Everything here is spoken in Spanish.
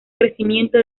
crecimiento